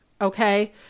Okay